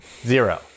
zero